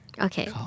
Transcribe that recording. Okay